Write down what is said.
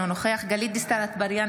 אינו נוכח גלית דיסטל אטבריאן,